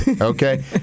okay